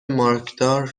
مارکدار